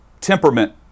temperament